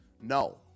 No